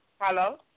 Hello